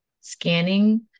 scanning